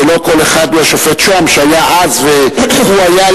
ולא כל אחד הוא השופט שהם שהיה אז והוא היה,